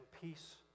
peace